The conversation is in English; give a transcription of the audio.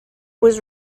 was